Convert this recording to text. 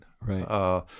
right